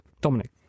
Dominic